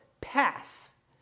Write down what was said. pass